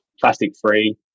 plastic-free